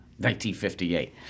1958